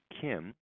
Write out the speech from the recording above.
Kim